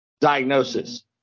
diagnosis